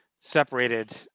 separated